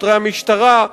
שוטרי המשטרה,